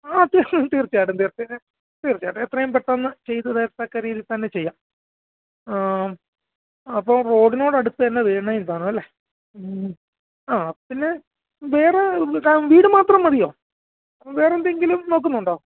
ആ തീർച്ചയായിട്ടും തീർച്ചയായിട്ടും തീർച്ചയായിട്ടും തീർച്ചയായിട്ടും എത്രയും പെട്ടന്ന് ചെയ്ത് തീർത്തക്ക രീതിയിൽ തന്നെ ചെയ്യാം ആ അപ്പോൾ റോഡിനോടടുത്ത് തന്നെ വേണേനും താനും അല്ലെ ഈ ആ അപ്പോൾ പിന്നെ വേറെ വീട് മാത്രം മതിയോ വേറെന്തെങ്കിലും നോക്കുന്നുണ്ടോ